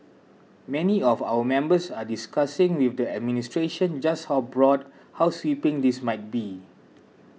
many of our members are discussing with the administration just how broad how sweeping this might be